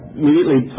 immediately